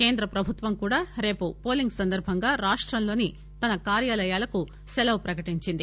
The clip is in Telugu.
కేంద్రప్రభుత్వం కూడా రేపు పోలింగ్ సందర్బంగా రాష్టంలోని తన కార్యాలయాలకు సెలవు ప్రకటించింది